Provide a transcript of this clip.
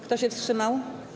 Kto się wstrzymał?